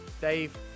dave